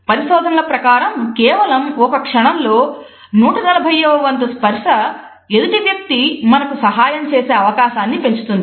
పరిశోధనల ప్రకారం కేవలం ఒక క్షణం లో 140 వ వంతు స్పర్స ఎదుటి వ్యక్తి మనకు సహాయం చేసే అవకాశాన్ని పెంచుతుంది